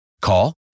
Call